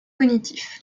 cognitif